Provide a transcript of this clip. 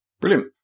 Brilliant